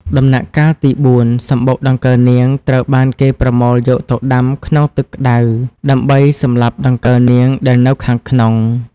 ដំណាក់កាលទី៤ សំបុកដង្កូវនាងត្រូវបានគេប្រមូលយកទៅដាំក្នុងទឹកក្តៅដើម្បីសម្លាប់ដង្កូវនាងដែលនៅខាងក្នុង។